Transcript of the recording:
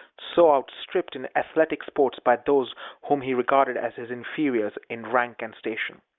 so outstripped in athletic sports by those whom he regarded as his inferiors in rank and station.